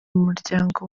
umuryango